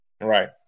Right